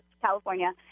California